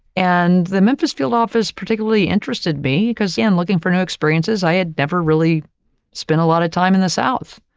and the memphis field office particularly interested me because yeah i'm looking for new experiences. i had never really spent a lot of time in the south,